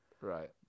Right